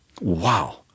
wow